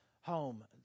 home